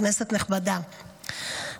כנסת נכבדה,